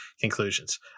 conclusions